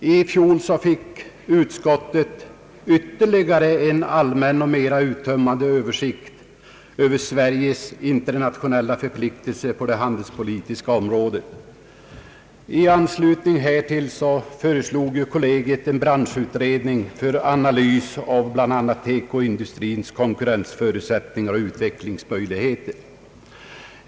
I fjol fick utskottet ytterligare en allmän och mera uttömmande översikt över Sveriges internationella förpliktelser på det handelspolitiska området. I anslutning härtill föreslog kollegiet en branschutredning för analys av bl.a. textiloch konfektionsindustrins konkurrensförutsättningar och utvecklingsmöjligheter.